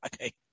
okay